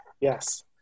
Yes